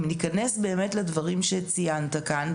אם ניכנס לדברים שציינת כאן,